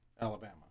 Alabama